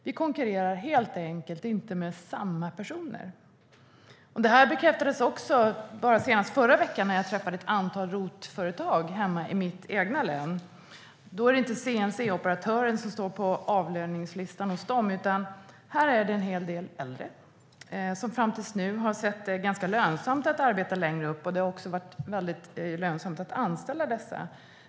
De konkurrerade helt enkelt inte om samma personer. Det bekräftades också förra veckan när jag träffade ett antal ROT-företag i mitt hemlän. Där är det inte CNC-operatören som står på avlöningslistan utan en hel del äldre som fram till nu har sett det som ganska lönsamt att arbeta längre upp i åldrarna. Det har också varit lönsamt att anställa dessa.